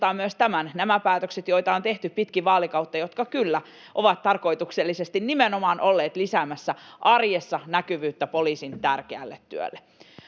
muistaa myös tämän: nämä päätökset, joita on tehty pitkin vaalikautta ja jotka kyllä ovat olleet tarkoituksellisesti nimenomaan lisäämässä arjessa näkyvyyttä poliisin tärkeälle työlle.